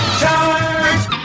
charge